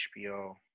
HBO